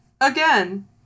again